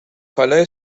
کالای